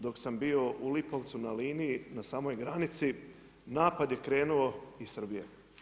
Dok sam bio u Lipovcu na liniji, na samoj granici, napad je krenuo iz Srbije.